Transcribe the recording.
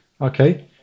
Okay